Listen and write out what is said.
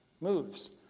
moves